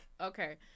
Okay